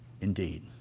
indeed